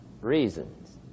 reasons